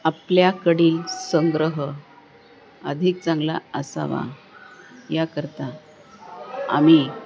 आपल्याकडील संग्रह अधिक चांगला असावा याकरता आम्ही